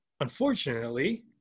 unfortunately